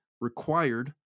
required